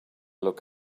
look